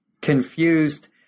confused